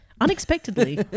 Unexpectedly